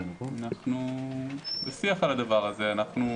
אנחנו בשיח על הדבר הזה, אנחנו